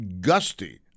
gusty